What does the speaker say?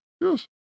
yes